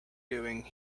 doing